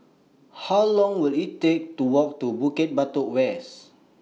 How Long Will IT Take to Walk to Bukit Batok West